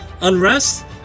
unrest